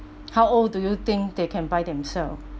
how old do you think they can buy themself